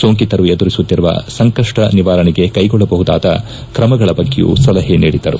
ಸೋಂಕಿತರು ಎದುರಿಸುತ್ತಿರುವ ಸಂಕಷ್ಷ ನಿವಾರಣೆಗೆ ಕೈಗೊಳ್ಳಬಹುದಾದ ಕ್ರಮಗಳ ಬಗ್ಗೆಯೂ ಸಲಹೆ ನೀಡಿದರು